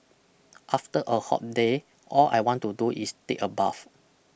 after a hot day all I want to do is take a bath